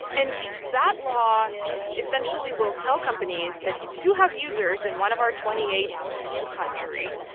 and that law essentially will tell companies that if you have users in one of our twenty eight eu countries,